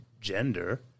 gender